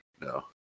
No